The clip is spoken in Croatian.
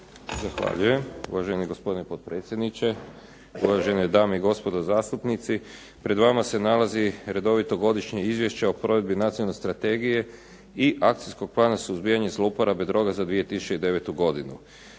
Zahvaljujem uvaženi gospodine potpredsjedniče, uvažene dame i gospodo zastupnici. Pred vama se nalazi redovito godišnje Izvješće o provedbi Nacionalne strategije i akcijskog plana suzbijanja zlouporabe droga za 2009. godinu.